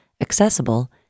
accessible